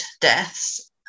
deaths